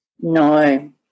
No